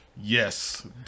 Yes